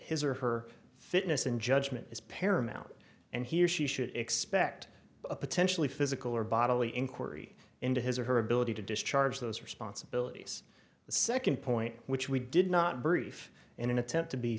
his or her fitness and judgment is paramount and he or she should expect potentially physical or bodily inquiry into his or her ability to discharge those responsibilities the second point which we did not brief in an attempt to be